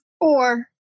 Four